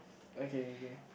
okay okay